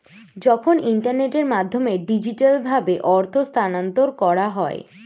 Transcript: যখন ইন্টারনেটের মাধ্যমে ডিজিটালভাবে অর্থ স্থানান্তর করা হয়